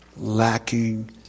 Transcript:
lacking